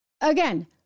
Again